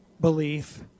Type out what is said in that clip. belief